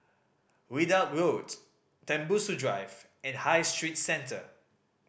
Ridout Road Tembusu Drive and High Street Centre